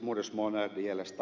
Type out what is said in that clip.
herr talman